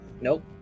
Nope